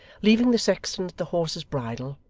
leaving the sexton at the horse's bridle,